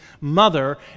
mother